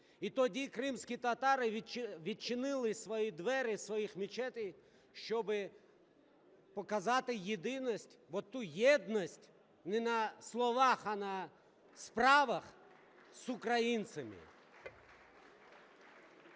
І тоді кримські татари відчинили свої двері своїх мечетей, щоб показати от ту єдність не на словах, а на справах з українцями.